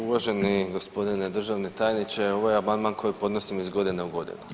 Uvaženi gospodine državni tajniče ovo je amandman koji podnosim iz godine u godinu.